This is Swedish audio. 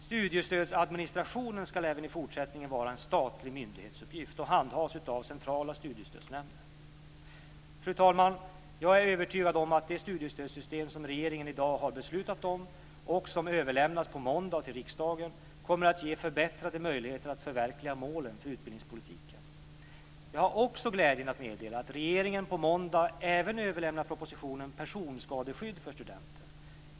Studiestödsadministrationen ska även i fortsättningen vara en statlig myndighetsuppgift och handhas av Centrala studiestödsnämnden. Fru talman! Jag är övertygad om att det studiestödssystem som regeringen i dag har beslutat om och som överlämnas på måndag till riksdagen kommer att ge förbättrade möjligheter att förverkliga målen för utbildningspolitiken. Jag har också glädjen att meddela att regeringen på måndag även överlämnar propositionen Personskadeskydd för studenter.